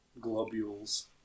globules